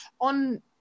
on